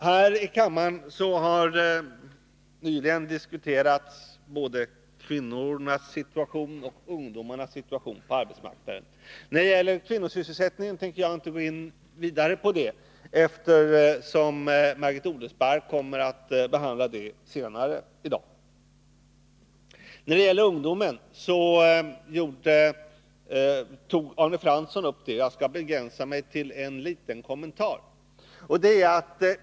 Här i kammaren har diskuterats både kvinnornas situation och ungdomarnas situation på arbetsmarknaden. Kvinnosysselsättningen tänker jag inte gå in vidare på, eftersom Margit Odelsparr kommer att behandla detta ämne senare i dag. Ungdomen tog Arne Fransson upp, och jag skall begränsa mig till en liten kommentar.